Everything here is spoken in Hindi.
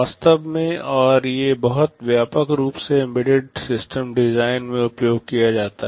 वास्तव में और ये बहुत व्यापक रूप से एम्बेडेड सिस्टम डिजाइन में उपयोग किया जाता है